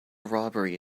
robbery